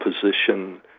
position